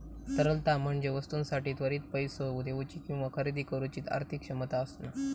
तरलता म्हणजे वस्तूंसाठी त्वरित पैसो देउची किंवा खरेदी करुची आर्थिक क्षमता असणा